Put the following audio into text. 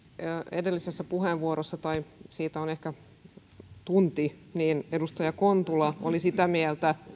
edellisessä puheenvuorossa tai siitä on ehkä tunti edustaja kontula oli sitä mieltä